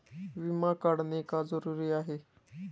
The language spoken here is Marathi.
विमा काढणे का जरुरी आहे?